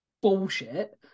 bullshit